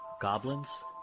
goblins